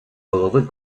голови